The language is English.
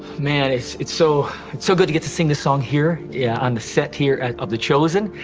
man, it's it's so so good to get to sing this song here, yeah on the set here of the chosen,